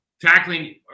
Tackling